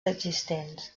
existents